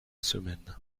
semaine